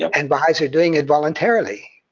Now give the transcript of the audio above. and baha'is are doing it voluntarily,